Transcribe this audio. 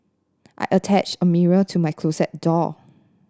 I attached a mirror to my closet door